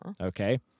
Okay